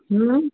हम्म